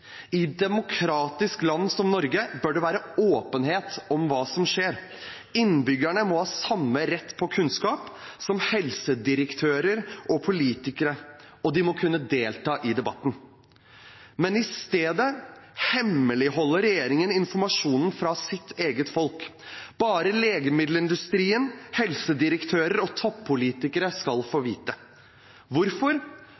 I et demokratisk land som Norge bør det være åpenhet om hva som skjer. Innbyggerne må ha samme rett til kunnskap som helsedirektører og politikere, og de må kunne delta i debatten. Men i stedet hemmeligholder regjeringen informasjonen for sitt eget folk. Bare legemiddelindustrien, helsedirektører og toppolitikere skal